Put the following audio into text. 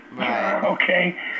okay